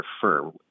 prefer